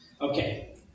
okay